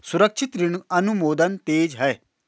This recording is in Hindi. सुरक्षित ऋण अनुमोदन तेज है